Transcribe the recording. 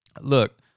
Look